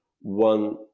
one